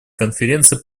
конференции